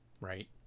right